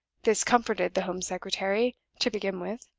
this comforted the home secretary, to begin with.